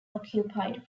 occupied